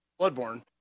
bloodborne